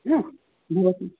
भवति